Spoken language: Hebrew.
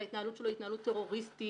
שההתנהלות שלו היא התנהלות טרוריסטית,